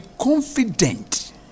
confident